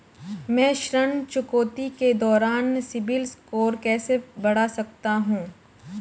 मैं ऋण चुकौती के दौरान सिबिल स्कोर कैसे बढ़ा सकता हूं?